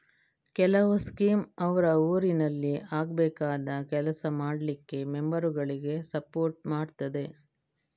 ಕೆಲವು ಸ್ಕೀಮ್ ಅವ್ರ ಊರಿನಲ್ಲಿ ಆಗ್ಬೇಕಾದ ಕೆಲಸ ಮಾಡ್ಲಿಕ್ಕೆ ಮೆಂಬರುಗಳಿಗೆ ಸಪೋರ್ಟ್ ಮಾಡ್ತದೆ